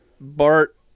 Bart